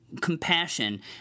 compassion